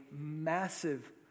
massive